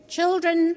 Children